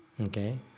Okay